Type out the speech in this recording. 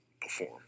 perform